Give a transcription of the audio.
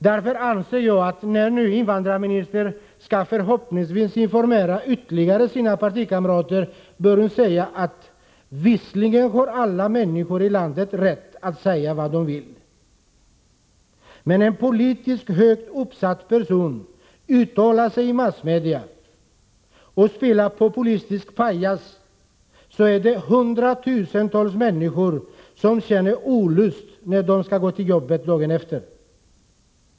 Därför anser jag att invandrarministern, när hon nu förhoppningsvis skall informera sina partikamrater ytterligare, bör säga att det visserligen är så att alla människor i landet har rätt att säga vad de vill, men när en politiskt högt uppsatt person uttalar sig i massmedia och spelar populistisk pajas, då känner hundratusentals människor olust när de skall gå till jobbet dagen därpå.